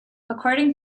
according